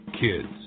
Kids